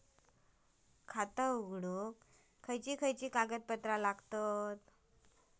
खाता उघडूक काय काय कागदपत्रा लागतली?